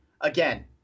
again